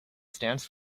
stands